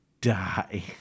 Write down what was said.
die